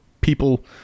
people